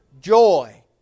joy